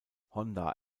honda